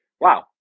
wow